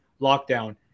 lockdown